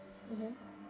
mmhmm